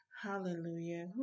Hallelujah